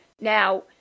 Now